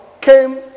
came